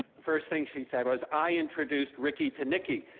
the first thing she said was, i introduced ricky to nicky.